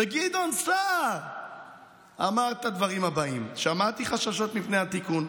גדעון סער אמר את הדברים הבאים: שמעתי חששות מפני התיקון,